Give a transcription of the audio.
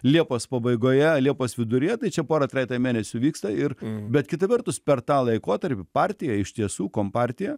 liepos pabaigoje liepos viduryje tai čia porą trejetą mėnesių vyksta ir bet kita vertus per tą laikotarpį partija iš tiesų kompartija